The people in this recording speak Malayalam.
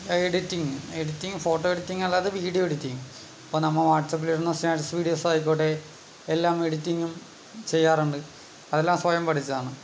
എഡിറ്റിംഗ് എഡിറ്റിംഗ് ഫോട്ടോ എഡിറ്റിംഗ് അല്ലാതെ വീഡിയോ എഡിറ്റിംഗ് ഇപ്പോൾ നമ്മൾ വാട്സാപ്പിൽ ഇടുന്ന സ്റ്റാറ്റസ് വീഡിയോസ് ആയിക്കോട്ടെ എല്ലാം എഡിറ്റിംഗും ചെയ്യാറുണ്ട് അതെല്ലാം സ്വയം പഠിച്ചതാണ്